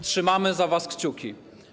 Trzymamy za was kciuki.